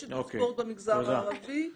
יש ספורט במגזר הערבי.